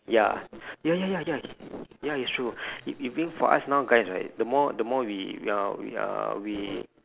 ya ya ya ya ya ya it's true if you build for us now guys right the more the more we we are we are we